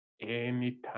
Anytime